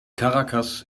caracas